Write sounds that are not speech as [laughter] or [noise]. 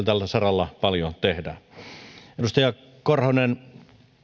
[unintelligible] tällä saralla paljon tehdään edustaja korhonen